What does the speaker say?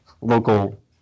local